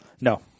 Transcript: No